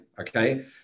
okay